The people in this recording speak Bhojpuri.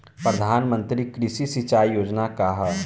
प्रधानमंत्री कृषि सिंचाई योजना का ह?